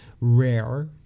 rare